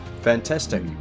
Fantastic